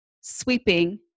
sweeping